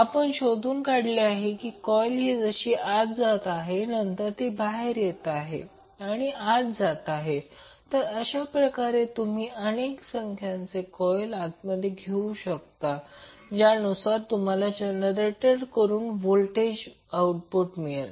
आपण शोधून काढले की जसे कॉइल ही आत जात आहे आणि नंतर बाहेर येते आणि आत जाते आणि अशा प्रकारे तर तुम्ही अनेक संख्यांचे कॉइल घेऊ शकता ज्यावरून तुम्हाला जनरेटर कडून व्होल्टेज आउटपुट मिळेल